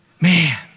Man